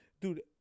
Dude